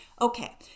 Okay